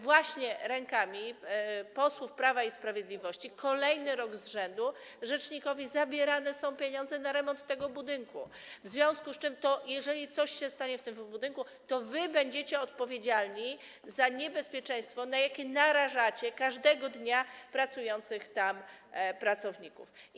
Właśnie rękami posłów Prawa i Sprawiedliwości kolejny rok z rzędu rzecznikowi zabierane są pieniądze na remont tego budynku, w związku z czym, jeżeli coś się stanie w tym budynku, to wy będziecie odpowiedzialni za niebezpieczeństwo, na jakie narażacie każdego dnia pracujące tam osoby.